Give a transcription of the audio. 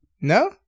no